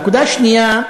הנקודה השנייה,